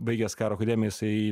baigęs karo akademiją jisai